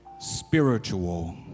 Spiritual